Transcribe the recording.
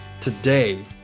today